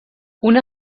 una